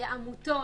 לעמותות,